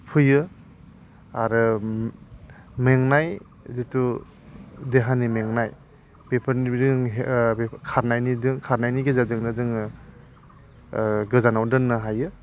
फैयो आरो मेंनाय जितु देहानि मेंनाय बेफोरनिबो जों खारनायनि गेजेरजोंनो जोङो गोजानाव दोननो हायो